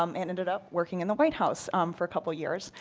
um and ended up working in the white house for a couple of years.